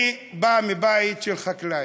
אני בא מבית של חקלאי.